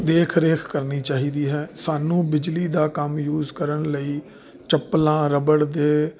ਦੇਖ ਰੇਖ ਕਰਨੀ ਚਾਹੀਦੀ ਹੈ ਸਾਨੂੰ ਬਿਜਲੀ ਦਾ ਕੰਮ ਯੂਜ ਕਰਨ ਲਈ ਚੱਪਲਾਂ ਰਬੜ ਦੇ ਚੱਪਲਾਂ